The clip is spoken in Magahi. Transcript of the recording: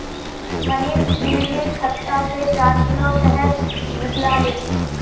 मनीष बिर्निर छत्ता से चार किलो शहद निकलाले